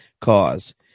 cause